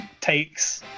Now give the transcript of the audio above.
takes